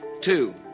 Two